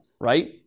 right